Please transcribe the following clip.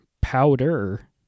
powder